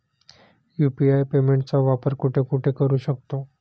UPI पेमेंटचा वापर कुठे कुठे करू शकतो?